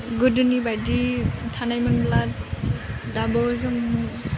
गोदोनिबादि थानायमोनब्ला दाबो जों